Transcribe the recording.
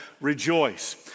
rejoice